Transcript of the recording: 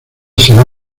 será